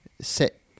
Set